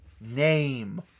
name